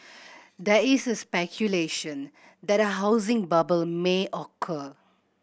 there is a speculation that a housing bubble may occur